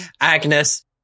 Agnes